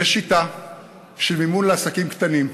יש שיטה של מימון לעסקים קטנים: